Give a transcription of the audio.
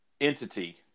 entity